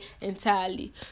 entirely